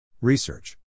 Research